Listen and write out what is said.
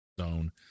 zone